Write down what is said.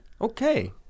okay